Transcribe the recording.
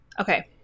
Okay